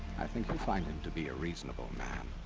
i think you'll find him to be a reasonable man.